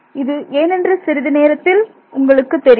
இது ஏனென்று சிறிது நேரத்தில் உங்களுக்கு தெரியும்